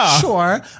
sure